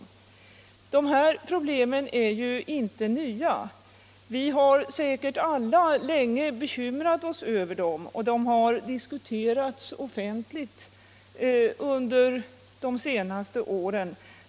Dessa problem är ju inte nya. Vi har säkert alla länge bekymrat oss över dem, och de har diskuterats offentligt under de senaste åren.